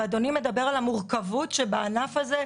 אדוני מדבר על המורכבות שבענף הזה,